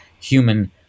human